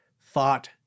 thought